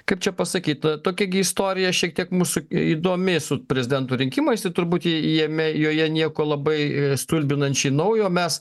kaip čia pasakyt tokia gi istorija šiek tiek mūsų įdomi su prezidento rinkimais tai turbūt jame joje nieko labai stulbinančiai naujo mes